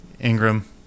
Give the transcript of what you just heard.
Ingram